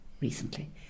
recently